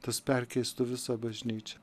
tas perkeistų visą bažnyčią